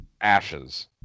ashes